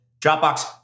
Dropbox